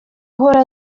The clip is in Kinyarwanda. uhora